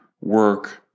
work